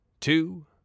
two